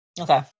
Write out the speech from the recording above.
Okay